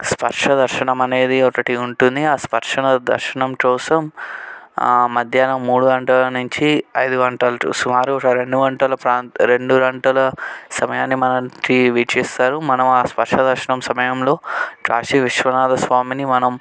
స్పర్శ దర్శనమనేది ఒకటి ఉంటుంది ఆ స్పర్శ దర్శనం కోసం మధ్యాహ్నం మూడు గంటల నుంచి ఐదు గంటలు సుమారు రెండు గంటల ప్రాంత రెండు గంటల సమయాన్ని మనల్ని కి వీక్షిస్తారు మనమా స్పర్శ దర్శన సమయంలో కాశీ విశ్వనాథ స్వామిని మనం